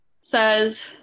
says